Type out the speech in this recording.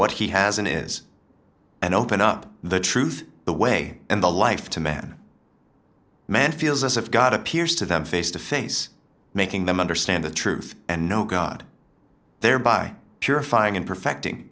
what he has in is and open up the truth the way and the life to man man feels as if god appears to them face to face making them understand the truth and know god there by purifying and perfecting